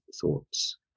thoughts